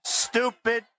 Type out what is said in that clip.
stupid